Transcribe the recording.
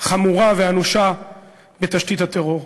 חמורה ואנושה בתשתית הטרור.